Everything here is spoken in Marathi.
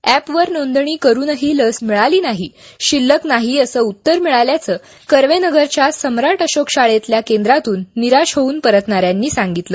ऍपवर नोंदणी करूनही लस मिळाली नाही शिल्लक नाही असं उत्तर मिळाल्याचं कर्वेनगरच्या सम्राट अशोक शाळेतल्या केंद्रातून निराश होऊन परतणाऱ्यांनी सांगितलं